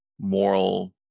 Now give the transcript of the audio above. Moral